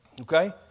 Okay